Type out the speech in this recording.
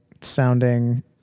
sounding